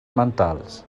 mentals